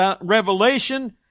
revelation